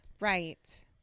Right